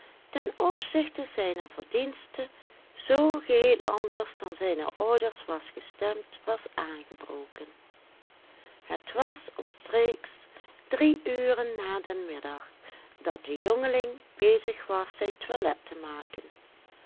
ten opzichte zijner verdiensten zoo geheel anders dan zijne ouders was gestemd was aangebroken het was omstreeks drie uren na den middag dat de jongeling bezig was zijn toilet te maken